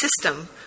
system